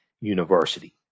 University